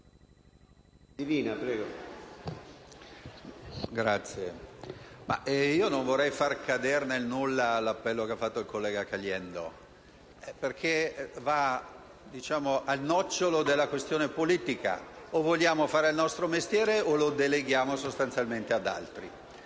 non vorrei far cadere nel nulla l'appello del collega Caliendo, perché va al nocciolo della questione politica: o vogliamo fare il nostro mestiere o lo deleghiamo sostanzialmente ad altri.